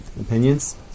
Opinions